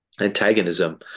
antagonism